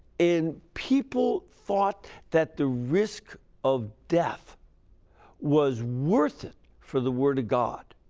and people thought that the risk of death was worth it for the word of god.